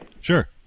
Sure